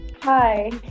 hi